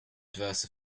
adverse